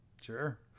Sure